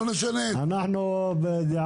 זו תכנית אב כאילו.